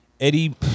Eddie